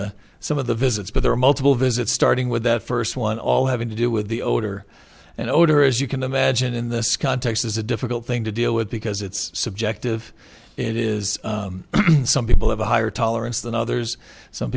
the some of the visits but there are multiple visits starting with that first one all having to do with the odor and odor as you can imagine in this context is a difficult thing to deal with because it's subjective it is some people have a higher tolerance than others some